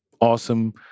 awesome